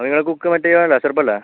അപ്പോൾ നിങ്ങളുടെ കുക്ക് മറ്റേ ആൾ അഷറബല്ലേ